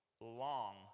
long